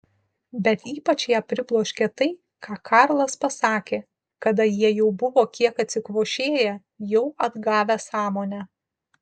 bet ypač ją pribloškė tai ką karlas pasakė kada jie jau buvo kiek atsikvošėję jau atgavę sąmonę